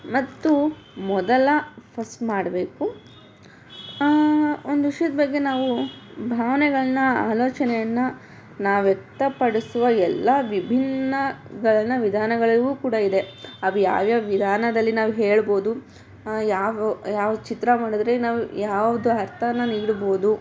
ಮತ್ತು ಮೊದಲ ಫಸ್ಟ್ ಮಾಡಬೇಕು ಒಂದು ವಿಷಯದ ಬಗ್ಗೆ ನಾವು ಭಾವನೆಗಳನ್ನ ಆಲೋಚನೆಯನ್ನು ನಾವು ವ್ಯಕ್ತಪಡಿಸುವ ಎಲ್ಲ ವಿಭಿನ್ನಗಳನ್ನು ವಿಧಾನಗಳಿಗೂ ಕೂಡ ಇದೆ ಅವು ಯಾವ್ಯಾವ ವಿಧಾನದಲ್ಲಿ ನಾವು ಹೇಳ್ಬೌದು ಯಾವ ಯಾವ ಚಿತ್ರ ಮಾಡಿದ್ರೆ ನಾವು ಯಾವ್ದು ಅರ್ಥನ ನೀಡ್ಬೋದು